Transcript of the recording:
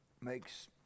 Makes